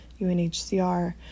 UNHCR